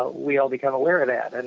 ah we all become aware of that. and